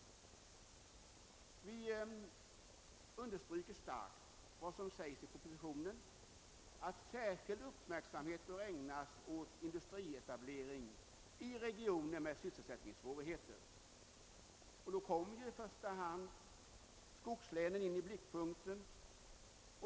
Vi understryker starkt vad som sägs i propositionen, att särskild uppmärksamhet bör ägnas åt industrietablering i regioner med sysselsättningssvårigheter och då kommer ju i första hand skogslänen i blickpunkten.